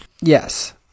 Yes